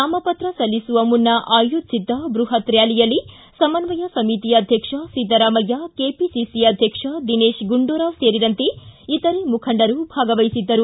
ನಾಮಪತ್ರ ಸಲ್ಲಿಸುವ ಮುನ್ನ ಆಯೋಜಿಸಿದ್ದ ಬೃಹತ್ ರ್ಡಾಲಿಯಲ್ಲಿ ಸಮನ್ವಯ ಸಮಿತಿ ಅಧ್ಯಕ್ಷ ಸಿದ್ದರಾಮಯ್ಯ ಕೆಪಿಸಿಸಿ ಅಧ್ಯಕ್ಷ ದಿನೇಶ ಗುಂಡುರಾವ್ ಸೇರಿದಂತೆ ಇತರೆ ಮುಖಂಡರು ಭಾಗವಹಿಸಿದ್ದರು